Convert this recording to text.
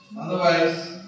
Otherwise